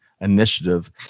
initiative